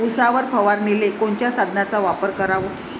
उसावर फवारनीले कोनच्या साधनाचा वापर कराव?